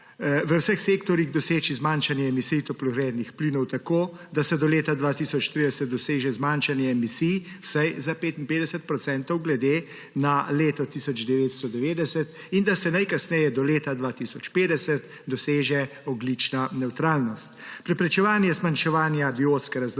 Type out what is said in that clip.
v vseh sektorjih doseči zmanjšanje emisij toplogrednih plinov tako, da se do leta 2030 doseže zmanjšanje emisij vsaj za 55 % glede na leto 1990 in da se najkasneje do leta 2050 doseže ogljična nevtralnost, preprečevanje zmanjševanja biotske raznovrstnosti